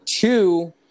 two